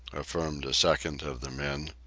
affirmed a second of the men.